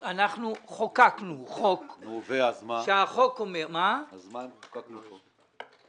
חוקקנו חוק שאומר --- אז מה אם חוקקנו חוק?